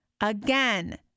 again